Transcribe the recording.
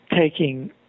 taking